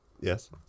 yes